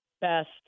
best –